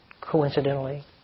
coincidentally